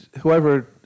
whoever